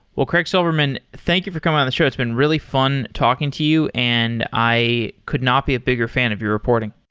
well, craig silverman, thank you for coming on the show. it's been really fun talking to you, and i could not be a bigger fan of your reporting.